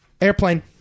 Airplane